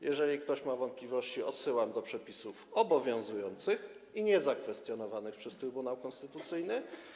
Jeżeli ktoś ma wątpliwości, odsyłam do przepisów obowiązujących i niezakwestionowanych przez Trybunał Konstytucyjny.